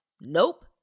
Nope